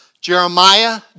Jeremiah